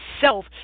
self